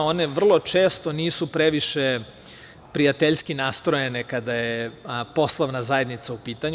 One vrlo često nisu previše prijateljski nastrojene, kada je poslovna zajednica u pitanju.